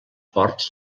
ports